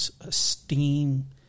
esteem